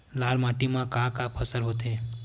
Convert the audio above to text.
लाल माटी म का का फसल होथे?